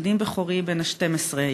בני בכורי בן ה-12,